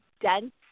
dense